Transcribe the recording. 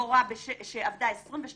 מורה שעבדה 22 שנים,